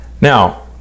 Now